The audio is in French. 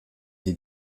être